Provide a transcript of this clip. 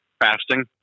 fasting